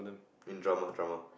in drama drama